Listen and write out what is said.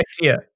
idea